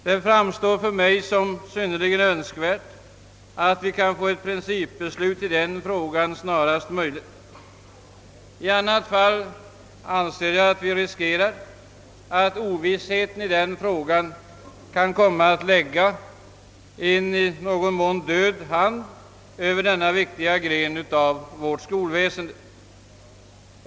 Det framstår för mig som synnerligen önskvärt att ett principbeslut i den frågan kan fattas snarast möjligt. I annat fall riskerar vi att ovissheten i detta avseende kan komma att i någon mån lägga en död hand över denna viktiga gren av vårt skolväsende.